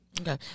Okay